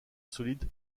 solide